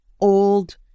old